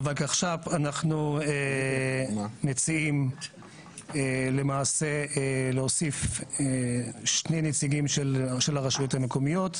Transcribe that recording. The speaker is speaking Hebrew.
בוולקחש"פ אנחנו מציעים למעשה להוסיף שני נציגים של הרשויות המקומיות,